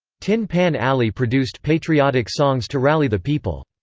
tin pan alley produced patriotic songs to rally the people.